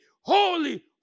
holy